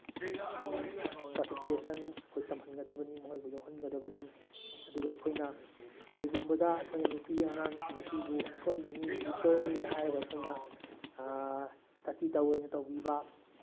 ꯑꯗꯨꯝ ꯄꯥꯔꯇꯤꯁꯤꯄꯦꯁꯟ ꯑꯩꯈꯣꯏ ꯇꯝꯍꯟꯒꯗꯕꯅꯤ ꯃꯣꯏꯕꯨ ꯌꯥꯎꯍꯟꯒꯗꯕꯅꯤ ꯑꯗꯨꯒ ꯑꯩꯈꯣꯏꯅ ꯀꯔꯤꯒꯨꯝꯕꯗ ꯑꯩꯈꯣꯏꯅ ꯅꯨꯄꯤ ꯑꯉꯥꯡ ꯅꯨꯄꯤꯕꯨ ꯑꯁꯣꯟꯕꯅꯤ ꯋꯤꯛꯀꯔꯅꯤꯅ ꯍꯥꯏꯔꯒ ꯑꯩꯈꯣꯏꯅ ꯇꯥꯊꯤ ꯇꯥꯑꯣꯏꯅ ꯇꯧꯕꯤꯕ